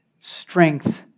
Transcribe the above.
strength